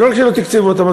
ולא רק שלא תקצבו אותם,